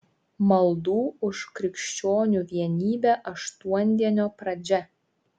maldų už krikščionių vienybę aštuondienio pradžia